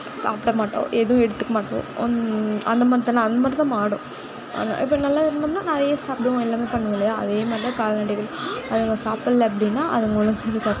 சாப்பிட மாட்டோம் எதுவும் எடுத்துக் மாட்டோம் ஒன் அந்த மார் தானே அந்த மாதிரி தான் மாடும் ஆனால் இப்போ நல்லா இருந்தோம்னா நிறைய சாப்பிடுவோம் எல்லாமே பண்ணுவோம் இல்லையா அதே மாதிரி தான் கால்நடைகளும் அதுங்க சாப்பில்ல அப்படின்னா அதுங்க